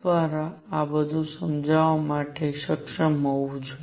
દ્વારા આ બધું સમજાવવા માટે સક્ષમ હોવું જોઈએ